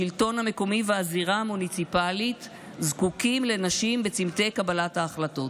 השלטון המקומי והזירה המוניציפלית זקוקים לנשים בצומתי קבלת ההחלטות.